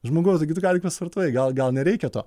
žmogau tu gi tik ką tik pasportavai gal gal nereikia to